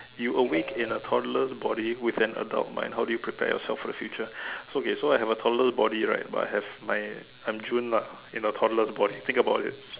you awake in a toddler's body with an adult mind how do you prepare yourself for the future so okay so I have a toddler's body right but I have my I'm June lah in a toddler's body think about it